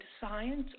science